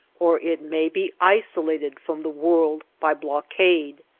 or it may be isolated from the world by blockade.